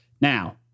Now